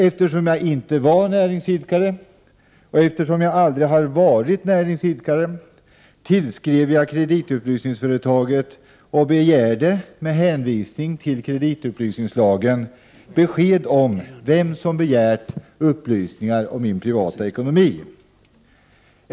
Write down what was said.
Eftersom jag inte var och aldrig hade varit näringsidkare tillskrev jag kreditupplysningsföretaget och krävde med hänvisning till kreditupplysningslagen besked om vem som begärt upplysningar om min privata ekonomi.